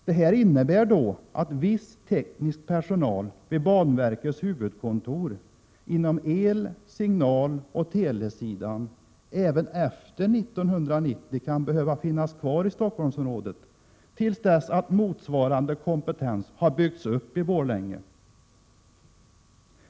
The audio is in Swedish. Det innebär då att viss teknisk personal vid banverkets huvudkontor inom el-, signaloch telesidan även efter 1990 kan behöva finnas kvar i Stockholmsområdet tills motsvarande kompetens har byggts upp i Borlänge.